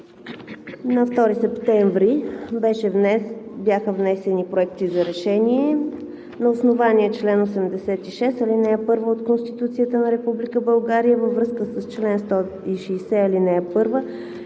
На 2 септември бяха внесени проекти за решения. На основание чл. 86, ал. 1 от Конституцията на Република България във връзка с чл. 160, ал. 1